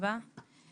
בנצרת ובפוריה.